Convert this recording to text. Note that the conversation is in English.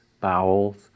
bowels